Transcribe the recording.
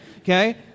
Okay